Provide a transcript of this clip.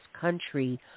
country